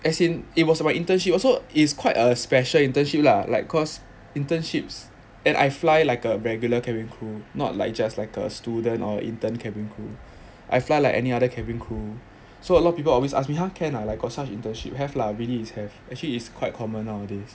as in it was my internship also it's quite a special internship lah like cause internships and I fly like a regular cabin crew not like just like a student or intern cabin crew I fly like any other cabin crew so a lot of people always ask me !huh! can ah got such internship have lah really is have actually is quite common nowadays